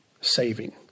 saving